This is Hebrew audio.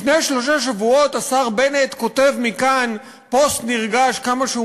לפני שלושה שבועות השר בנט כותב מכאן פוסט נרגש כמה שהוא